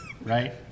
right